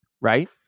right